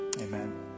amen